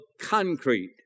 concrete